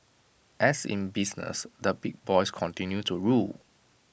as in business the big boys continue to rule